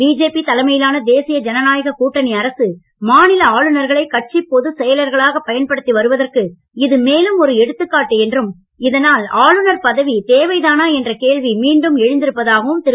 BJP தலைமையிலான தேசிய ஜனநாயக கூட்டணி அரசு மாநில ஆளுநர்களை கட்சிப் பொதுச் செயலர்களாகப் பயன்படுத்தி வருவதற்கு இது மேலும் ஒரு எடுத்துக்காட்டு என்றும் இதனால் ஆளுநர் பதவி தேவைதானா என்ற கேள்வி மீண்டும் எழுந்திருப்பதாகவும் திரு